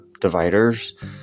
dividers